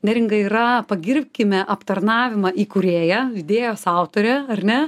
neringa yra pagirkime aptarnavimą įkūrėja idėjos autorė ar ne